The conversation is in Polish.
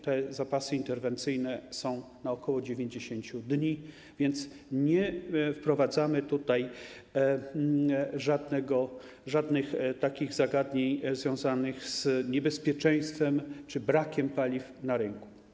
Te zapasy interwencyjne są na ok. 90 dni, więc nie wprowadzamy tutaj żadnych zagadnień związanych z niebezpieczeństwem czy brakiem paliw na rynku.